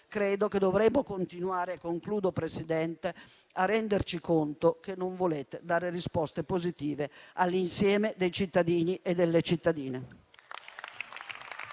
credo che dovremmo continuare a renderci conto che non volete dare risposte positive all'insieme dei cittadini e delle cittadine.